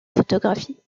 photographie